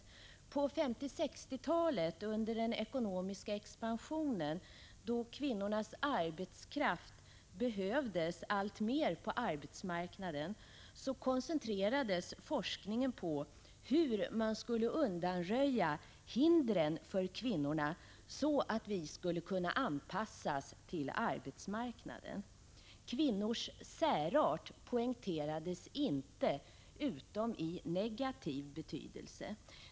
På 1950 och 1960-talen under den ekonomiska expansionen då kvinnornas arbetskraft behövdes alltmer på arbetsmarknaden koncentrerades forskningen på hur man skulle undanröja hinder för kvinnorna, så att de skulle kunna anpassas till arbetsmarknaden. Kvinnors särart poängterades inte, utom i negativ bemärkelse.